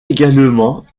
également